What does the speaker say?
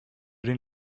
den